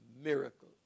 miracle